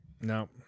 No